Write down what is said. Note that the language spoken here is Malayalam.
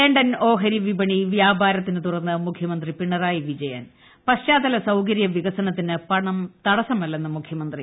ലണ്ടൻ ഓഹരിവിപണി പ്യാപ്പാരത്തിന് തുറന്ന് മുഖ്യമന്ത്രി പിണറായി പ്പിജയൻ പശ്ചാത്തല സൌകര്യവികസന്റത്തിന് പണം തടസ്സമല്ലെന്ന് മുഖ്യമന്ത്രി